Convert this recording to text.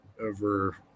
over